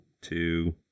two